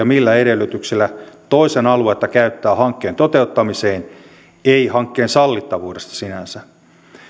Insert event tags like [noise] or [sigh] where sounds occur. [unintelligible] millä edellytyksillä toisen aluetta käyttää hankkeen toteuttamiseen ei hankkeen sallittavuudesta sinänsä